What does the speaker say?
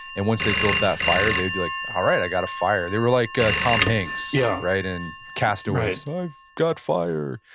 and once they built that fire, they would be like, alright, i got a fire. they were like tom hanks yeah in cast away, so i've got fire.